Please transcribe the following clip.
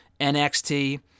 NXT